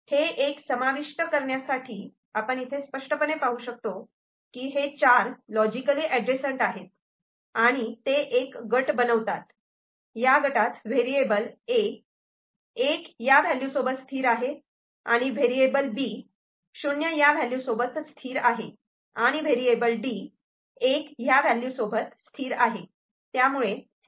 हे '1' समाविष्ट करण्यासाठी आपण इथे स्पष्टपणे पाहू शकतो की हे चार '1' लॉजिकली एडजस्टट आहे आणि ते एक गट बनवतात या गटात व्हेरिएबल A '1' या व्हॅल्यू सोबत स्थिर आहे व्हेरिएबल B '0' या व्हॅल्यू सोबत स्थिर आहे आणि व्हेरिएबल D '1' या व्हॅल्यू सोबत स्थिर आहे